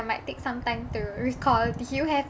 I might take some time to recall do you have